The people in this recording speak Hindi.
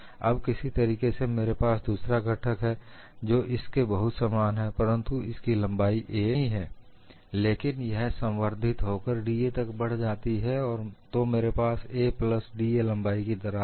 अब किसी तरीके से मेरे पास दूसरा घटक है जो इसके बहुत समान है परंतु इसकी लंबाई 'a' नहीं है लेकिन यह संवर्धित होकर da तक बढ़ जाती है तो मेरे पास 'a प्लस da' लंबाई की दरार है